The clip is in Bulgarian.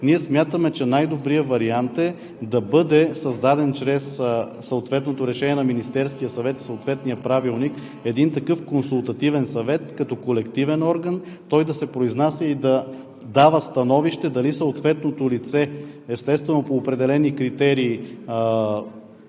ние смятаме, че най-добрият вариант е да бъде създаден чрез съответно решение на Министерския съвет в съответния правилник един такъв Консултативен съвет, той да се произнася като колективен орган и да дава становище дали съответното лице, естествено, по определени критерии